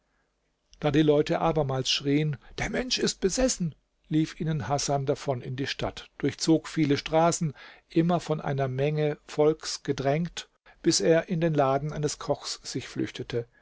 da die leute abermals schrien der mensch ist besessen lief ihnen hasan davon in die stadt durchzog viele straßen immer von einer menge volks gedrängt bis er in den laden eines kochs sich flüchtete